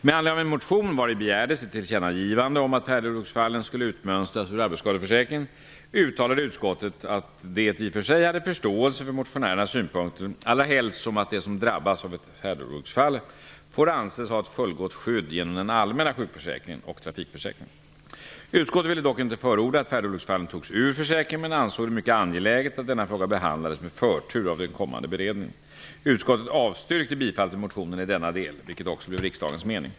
Med anledning av en motion, vari begärdes ett tillkännagivande om att färdolycksfallen skulle utmönstras ur arbetsskadeförsäkringen, uttalade utskottet att det i och för sig hade förståelse för motionärernas synpunkter, allra helst som de som drabbas av ett färdolycksfall får anses ha ett full gott skydd genom den allmänna sjukförsäkringen och trafikförsäkringen. Utskottet ville dock inte förorda att färdolycksfallen togs ur försäkringen men ansåg det mycket angeläget att denna fråga behandlades med förtur av den kommande bered ningen. Utskottet avstyrkte bifall till motionen i denna del, vilket också blev riksdagens mening.